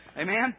Amen